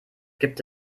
gibt